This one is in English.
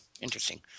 interesting